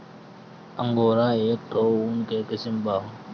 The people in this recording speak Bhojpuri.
अंगोरा एक ठो ऊन के किसिम बा